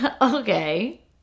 Okay